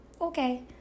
okay